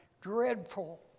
dreadful